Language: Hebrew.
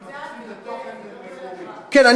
כן,